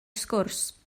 sgwrs